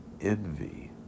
envy